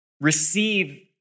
receive